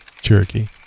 cherokee